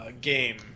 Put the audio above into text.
game